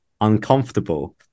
uncomfortable